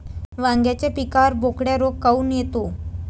वांग्याच्या पिकावर बोकड्या रोग काऊन येतो?